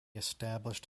established